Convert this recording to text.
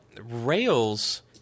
Rails